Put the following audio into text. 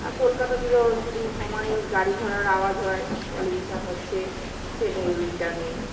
আর কলকাতাতে তো শুধু সমানে গাড়ি ঘোড়ার আওয়াজ হয় পলিউশান হচ্ছে সেই নিরিবিলিটা নেই